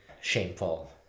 shameful